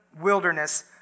wilderness